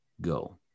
go